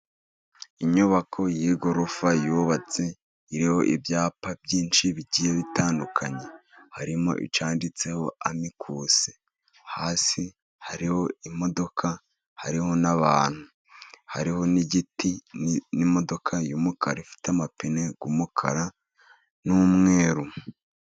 Inyubako y’igorofa yubatse, iriho ibyapa byinshi bigiye bitandukanye, harimo icyanditseho "Amikusi". Hasi hariho imodoka, hariho n’abantu, hariho n’igiti. Imodoka y’umukara ifite amapine y’umukara n’umweru.